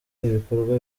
ibikorwa